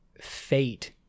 fate